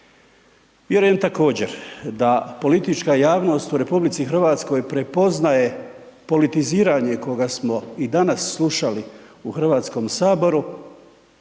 Vjerujem također da politička javnost u RH prepoznaje politiziranje i koga smo i danas slušali u HS gdje se